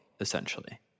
essentially